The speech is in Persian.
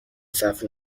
صرف